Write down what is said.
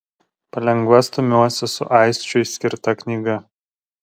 palengva stumiuosi su aisčiui skirta knyga